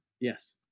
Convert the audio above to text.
Yes